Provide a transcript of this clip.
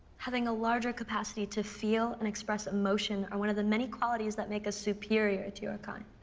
having a larger capacity to feel and express emotion are one of the many qualities that make us superior to your kind.